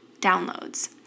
downloads